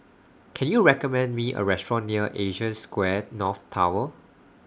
Can YOU recommend Me A Restaurant near Asia Square North Tower